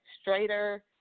straighter